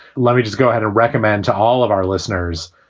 let me just go ahead. a recommend to all of our listeners.